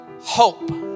hope